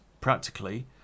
practically